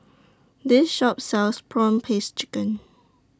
This Shop sells Prawn Paste Chicken